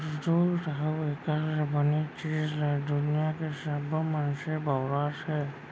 दूद अउ एकर ले बने चीज ल दुनियां के सबो मनसे बउरत हें